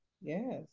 Yes